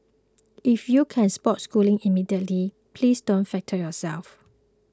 if you can spots Schooling immediately please don't flatter yourself